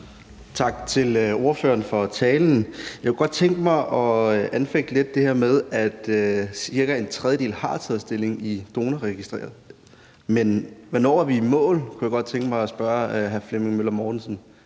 Tak til ordføreren for talen. Jeg kunne godt tænke mig lidt at spørge til det her med, at cirka en tredjedel har taget stilling i Donorregistret; men hvornår er vi i mål? kunne jeg godt tænke mig at spørge hr. Flemming Møller Mortensen